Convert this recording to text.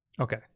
Okay